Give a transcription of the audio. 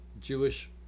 Jewish